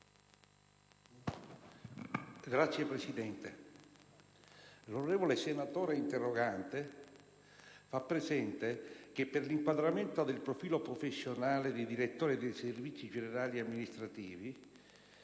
Signor Presidente, l'onorevole senatore interrogante fa presente che per l'inquadramento nel profilo professionale di direttore dei servizi generali e amministrativi